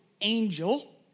angel